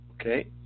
okay